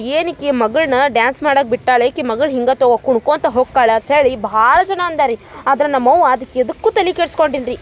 ಏನು ಈಕಿ ಮಗಳನ್ನ ಡ್ಯಾನ್ಸ್ ಮಾಡಕೆ ಬಿಟ್ಟಳ ಈಕಿ ಮಗಳ ಹಿಂಗತವೊ ಕುಣ್ಕೊಳ್ತಾ ಹೊಕ್ಕಳ ಅಂತೇಳಿ ಭಾಳ ಜನ ಅಂದಾರ ರೀ ಆದ್ರ ನಮ್ಮವ್ವ ಅದಕ್ಕೆ ಎದಕ್ಕು ತಲೆ ಕೆಡ್ಸ್ಕೊಂಡಿಲ್ಲ ರೀ